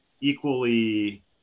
equally